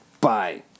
Bye